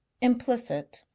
implicit